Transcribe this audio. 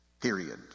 period